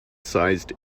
sized